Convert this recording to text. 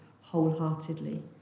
wholeheartedly